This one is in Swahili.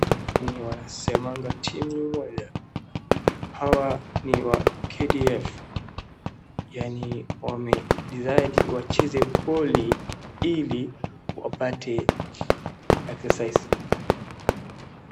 Ni wanasemaga timu ni moja. Hawa ni wa Kdf yaani wamedecide wacheze voli ili wapate exercise .